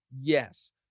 Yes